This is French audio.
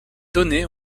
données